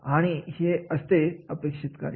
आणि हे असते अपेक्षित कार्य